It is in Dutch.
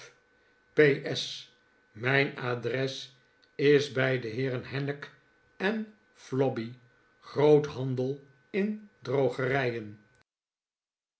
s mijn adres is bij de heeren hancock floby groothandel in drogerijen